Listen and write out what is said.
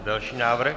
Další návrh.